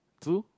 who